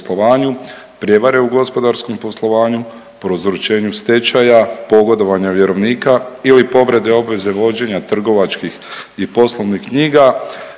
prijevare u gospodarskom poslovanju, prouzročenju stečaja, pogodovanja vjerovnika ili povrede obveze vođenja trgovačkih i poslovnih knjiga,